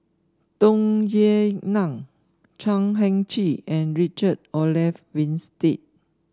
Tung Yue Nang Chan Heng Chee and Richard Olaf Winstedt